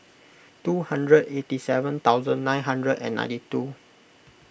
two hundred eighty seven thousand nine hundred and ninety two